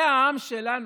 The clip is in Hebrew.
זה העם שלנו,